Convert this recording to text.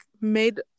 made